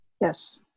Yes